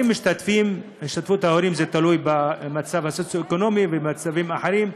השתתפות ההורים תלויה במצב הסוציו-אקונומי ובמצבים אחרים,